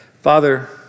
Father